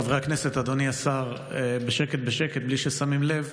חברי הכנסת, אדוני השר, בשקט בשקט, בלי ששמים לב,